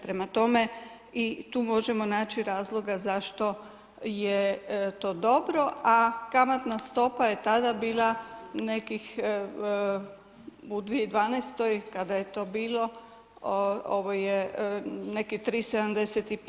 Prema tome i tu možemo naći razloga zašto je to dobro, a kamatna stopa je tada bila nekih u 2012. kada je to bilo, ovo je neki 3,75.